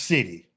City